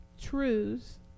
truths